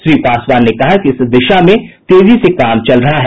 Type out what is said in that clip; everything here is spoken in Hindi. श्री पासवान ने कहा कि इस दिशा में तेजी से काम चल रहा है